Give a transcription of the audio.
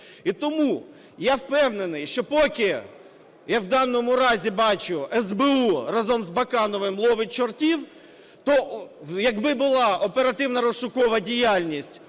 І тому я впевнений, що поки я в даному разі бачу, СБУ разом з Бакановим "ловить чортів", то якби була оперативно-розшукова діяльність